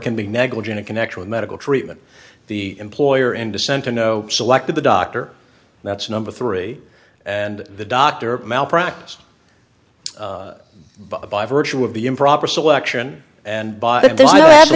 can be negligent in connection with medical treatment the employer in descent or no selected the doctor that's number three and the doctor malpractise by virtue of the improper selection and by